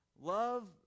love